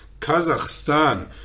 Kazakhstan